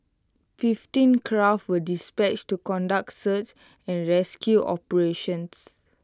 fifteen craft were dispatched to conduct search and rescue operations